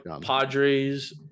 Padres